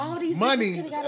money